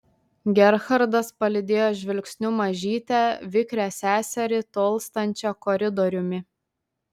gerhardas palydėjo žvilgsniu mažytę vikrią seserį tolstančią koridoriumi